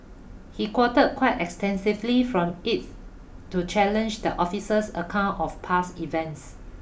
he quoted quite extensively from it to challenge the officer's account of past events